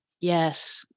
Yes